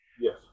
yes